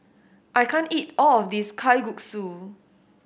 I can't eat all of this Kalguksu